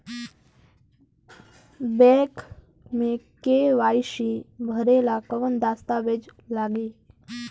Bank मे KYC भरेला कवन दस्ता वेज लागी?